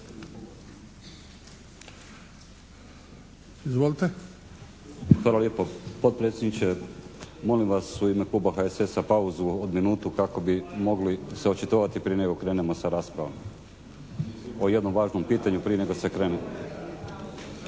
(HDZ)** Hvala lijepo potpredsjedniče. Molim vas u ime Kluba HSS-a pauzu od minutu kako bi mogli se očitovati prije nego krenemo sa raspravom o jednom važnom pitanju prije nego se krene.